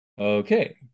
Okay